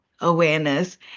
awareness